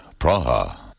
Praha